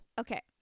Okay